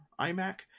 iMac